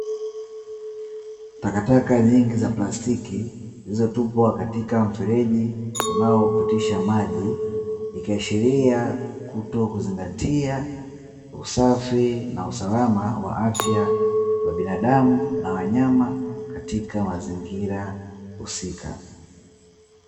Takataka nyingi za plastiki zilizotupwa katika mfereji unaopitisha maji, ikiashiria kutokuzingatia usafi na usalama wa afya za binadamu na wanyama katika mazingira husika.